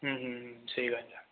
ਸਹੀ ਗੱਲ ਆ